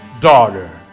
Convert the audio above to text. daughter